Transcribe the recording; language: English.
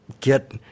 get